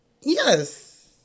Yes